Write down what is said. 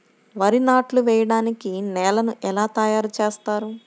వరి నాట్లు వేయటానికి నేలను ఎలా తయారు చేస్తారు?